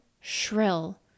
shrill